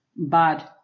Bad